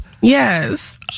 Yes